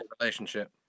relationship